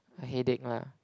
i headache lah